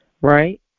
right